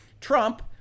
Trump